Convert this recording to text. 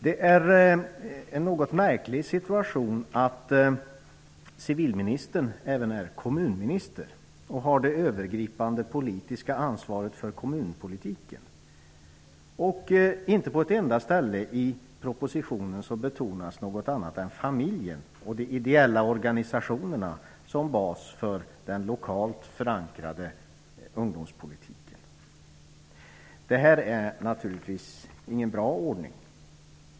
Det är en något märklig situation att civilministern även är kommunminister och har det övergripande politiska ansvaret för kommunpolitiken. Inte på ett enda ställe i propositionen betonas något annat än familjen och de ideella organisationerna som bas för den lokalt förankrade ungdomspolitiken. Detta är naturligtvis ingen bra ordning.